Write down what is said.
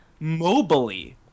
mobily